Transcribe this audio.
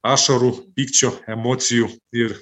ašarų pykčių emocijų ir